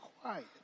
quiet